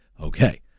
okay